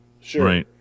sure